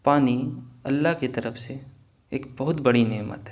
پانی اللہ کی طرف سے ایک بہت بڑی نعمت ہے